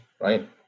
right